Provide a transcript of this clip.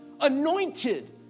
anointed